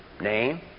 name